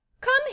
Come